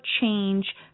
change